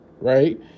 right